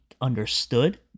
understood